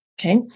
Okay